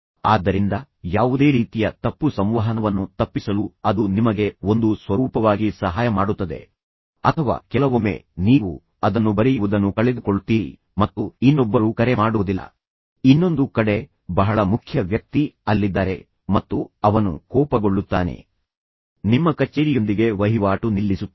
ಆದ್ದರಿಂದ ಯಾವುದೇ ರೀತಿಯ ತಪ್ಪು ಸಂವಹನವನ್ನು ತಪ್ಪಿಸಲು ಅದು ನಿಮಗೆ ಒಂದು ಸ್ವರೂಪವಾಗಿ ಸಹಾಯ ಮಾಡುತ್ತದೆ ಅಥವಾ ಕೆಲವೊಮ್ಮೆ ನೀವು ಅದನ್ನು ಬರೆಯುವುದನ್ನು ಕಳೆದುಕೊಳ್ಳುತ್ತೀರಿ ಮತ್ತು ಇನ್ನೊಬ್ಬರು ಕರೆ ಮಾಡುವುದಿಲ್ಲ ಇನ್ನೊಂದು ಕಡೆ ಬಹಳ ಮುಖ್ಯ ವ್ಯಕ್ತಿ ಅಲ್ಲಿದ್ದಾರೆ ಮತ್ತು ಅವನು ಕೋಪಗೊಳ್ಳುತ್ತಾನೆ ಅಥವಾ ಅವನು ಸಂಪೂರ್ಣ ಸಂವಹನ ವ್ಯವಹಾರವನ್ನು ನಿಮ್ಮ ಕಚೇರಿಯೊಂದಿಗೆ ವಹಿವಾಟು ನಿಲ್ಲಿಸುತ್ತಾನೆ